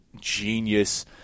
genius